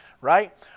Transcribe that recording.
right